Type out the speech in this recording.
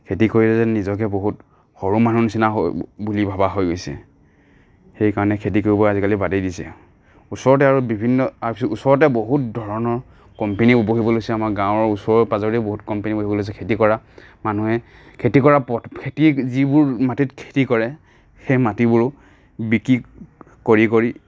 খেতি কৰিলে নিজকে বহুত সৰু মানুহ নিচিনা হৈ বুলি ভবা হৈ গৈছে সেইকাৰণে খেতি কৰিবলৈ আজিকালি বাদেই দিছে ওচৰতে আৰু বিভিন্ন ওচৰতে বহুত ধৰণৰ কম্পেনীও বহিবলৈ লৈছে আমাৰ গাঁৱৰ ওচৰে পাজৰে বহুত কম্পেনী বহিবলৈ লৈছে খেতি কৰা মানুহে খেতি কৰা খেতি যিবোৰ মাটিত খেতি কৰে সেই মাটিবোৰ বিক্ৰি কৰি কৰি